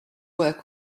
work